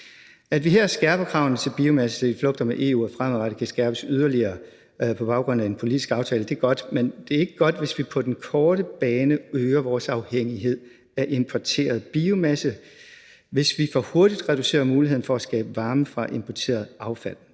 At vi her skærper kravene til biomasse, så de flugter med EU og fremadrettet kan skærpes yderligere på baggrund af en politisk aftale, er godt, men det er ikke godt, hvis vi på den korte bane øger vores afhængighed af importeret biomasse, fordi vi for hurtigt reducerer muligheden for at skabe varme fra importeret affald.